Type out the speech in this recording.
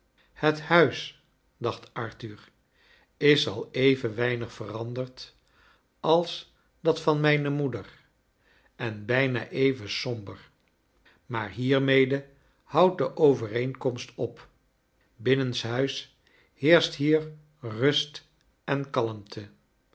het huis dacht arthur is al even weinig veranderd als dat van mijne moeder en bijna even somber maar hiermede houdt de overeenkomst op binnenslmis heerscht hier rust en kalmte